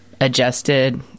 adjusted